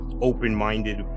open-minded